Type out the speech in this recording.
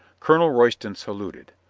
colonel royston saluted.